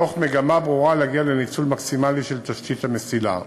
מתוך מגמה ברורה להגיע לניצול מקסימלי של תשתית המסילה.